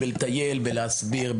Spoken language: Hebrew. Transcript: בלהסביר,